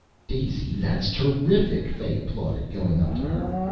daisy, that's terrific, fay applauded, going up to her.